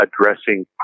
addressing